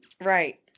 Right